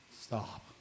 stop